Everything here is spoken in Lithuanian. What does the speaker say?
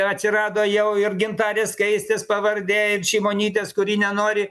atsirado jau ir gintarės skaistės pavardė ir šimonytės kuri nenori